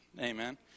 Amen